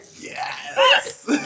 Yes